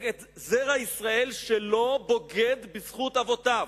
את זרע ישראל שלא בוגד בזכות אבותיו,